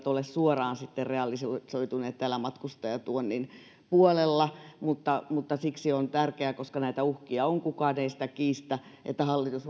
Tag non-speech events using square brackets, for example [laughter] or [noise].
[unintelligible] ole suoraan sitten realisoituneet täällä matkustajatuonnin puolella mutta mutta koska näitä uhkia on kukaan ei sitä kiistä on tärkeää että hallitus [unintelligible]